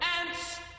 ants